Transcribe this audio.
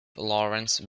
lawrence